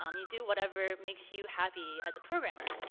um you do whatever makes you happy as a programmer.